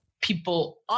people